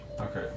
Okay